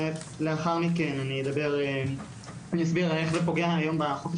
לאחר מכן אני אסביר איך זה פוגע היום בחופש